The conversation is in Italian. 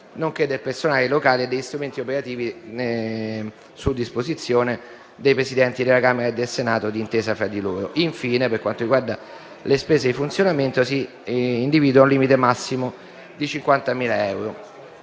nonché del personale, dei locali e degli strumenti operativi messi a disposizione dai Presidenti della Camera e del Senato, d'intesa tra loro. Infine, per quanto riguarda le spese di funzionamento, si individua un limite massimo di 50.000 euro